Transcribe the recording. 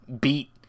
beat